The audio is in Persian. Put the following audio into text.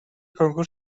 کنکور